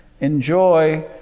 enjoy